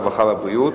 הרווחה והבריאות.